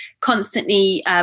constantly